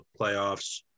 playoffs